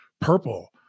Purple